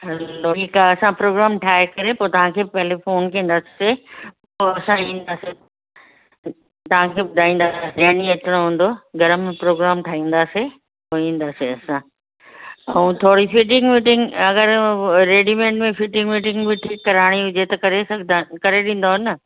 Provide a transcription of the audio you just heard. हलो ठीकु आहे असां प्रोग्राम ठाहे करे पोइ तव्हांखे पहरियों फोन कंदासीं पोइ असां ईंदासीं तव्हांखे ॿुधाईंदसीं जंहिं ॾींहुं अचिणो हूंदो घर में प्रोग्राम ठाहींदासीं पोइ ईंदासीं असां ऐं थोरी फिटिंग विटिंग अगरि उहो रेडीमेड में फिटिंग विटिंग ठीकु कराइणी हुजे त करे सघंदा करे ॾींदो न